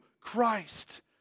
Christ